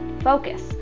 focus